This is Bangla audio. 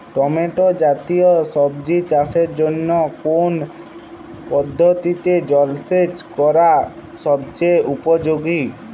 টমেটো জাতীয় সবজি চাষের জন্য কোন পদ্ধতিতে জলসেচ করা সবচেয়ে উপযোগী?